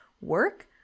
work